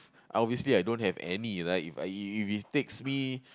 obviously I don't have any right If I if it takes me